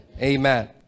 Amen